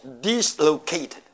dislocated